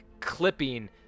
clipping